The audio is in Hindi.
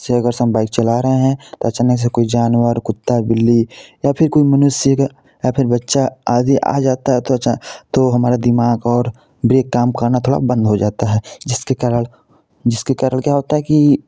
से अगर से हम बाइक चला रहे हैं तो अचानक से कोई जानवर कुत्ता बिल्ली या फिर कोई मनुष्य या फिर बच्चा आदि आ जाता है तो अच्छा तो हमारा दिमाग और ब्रेक काम करना थोड़ा बंद हो जाता है जिसके कारण जिसके कारण क्या होता है कि